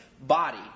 body